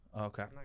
Okay